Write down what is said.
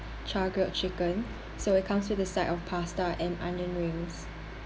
chargrilled chicken so it comes with the side of pasta and onion rings